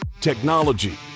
technology